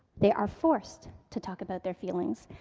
they are forced to talk about their feelings.